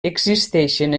existeixen